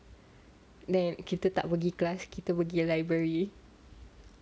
then kita tak pergi class kita pergi library